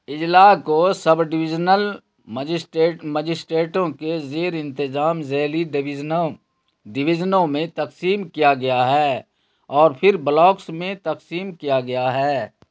اضلعہ کو sub divisional magistrate مجسٹریٹوں کے زیر انتظام ذیلی ڈویژنوں ڈویژنوں میں تقسیم کیا گیا ہے اور پھر بلاکس میں تقسیم کیا گیا ہے